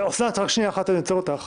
אוסנת, רק שנייה אחת אני עוצר אותך.